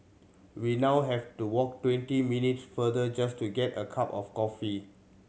we now have to walk twenty minutes farther just to get a cup of coffee